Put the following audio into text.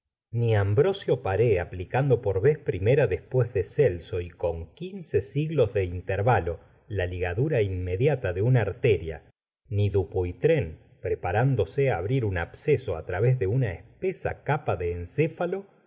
ni ambrosio paré aplicando por vez primera después de celso y con quince siglos de intervalo la ligadura inmediata de una arteria ni dupuytren preparándose á abrir un absceso á través de una espesa capa de encéfalo